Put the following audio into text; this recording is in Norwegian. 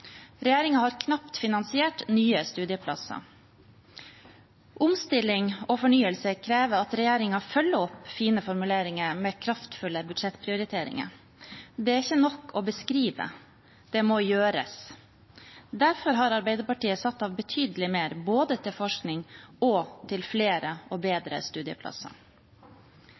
har knapt finansiert nye studieplasser. Omstilling og fornyelse krever at regjeringen følger opp fine formuleringer med kraftfulle budsjettprioriteringer. Det er ikke nok å beskrive – det må gjøres. Derfor har Arbeiderpartiet satt av betydelig mer både til forskning og til flere og bedre studieplasser.